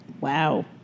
Wow